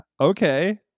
okay